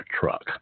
truck